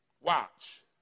Watch